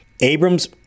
Abrams